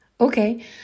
okay